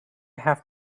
have